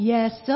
Yes